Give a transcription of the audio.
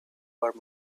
were